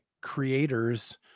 creators